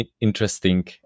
Interesting